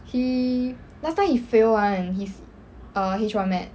he last time he fail [one] he's err h one math